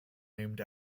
named